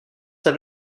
that